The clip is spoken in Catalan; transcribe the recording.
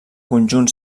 conjunt